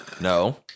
No